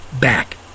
back